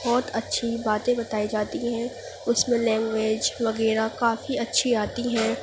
بہت اچھی باتیں بتائی جاتی ہیں اس میں لینگویج وغیرہ کافی اچھی آتی ہیں